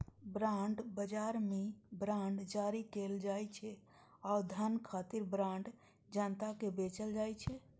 bond बाजार मे bond जारी कैल जाइ छै आ धन खातिर बांड जनता कें बेचल जाइ छै